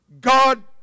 God